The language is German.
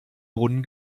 brunnen